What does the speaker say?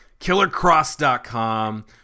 Killercross.com